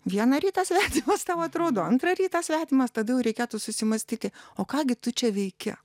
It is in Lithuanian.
vieną rytą svetimas tau atrodo antrą rytą svetimas tada jau reikėtų susimąstyti o ką gi tu čia veiki